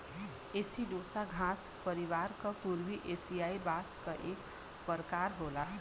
एसिडोसा घास परिवार क पूर्वी एसियाई बांस क एक प्रकार होला